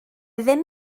ddim